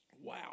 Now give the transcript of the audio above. Wow